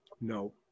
No